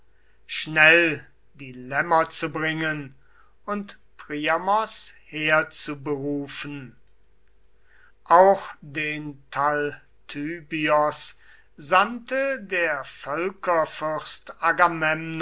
schnell die lämmer zu bringen und priamos her zu berufen auch den talthybios sandte der